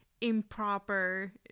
improper